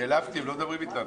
נעלבתי, הם לא מדברים איתנו.